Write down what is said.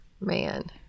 Man